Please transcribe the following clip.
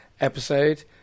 episode